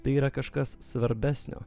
tai yra kažkas svarbesnio